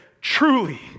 truly